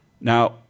Now